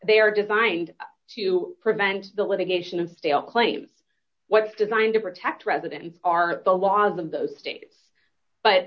they are designed to prevent the litigation of stale claims what's designed to protect residents are the laws of those states but